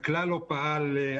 ומנהיגה ראשונה,